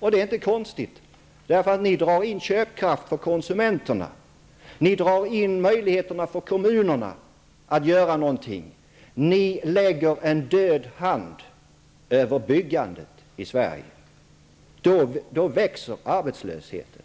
Det är inte konstigt. Ni drar in köpkraft från konsumenterna och minskar möjligheterna för kommunerna att göra någonting. Ni lägger en död hand över byggandet i Sverige. Då växer arbetslösheten.